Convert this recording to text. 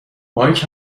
مایک